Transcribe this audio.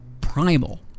primal